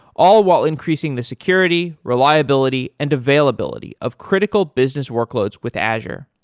all while increasing the security, reliability and availability of critical business workloads with azure.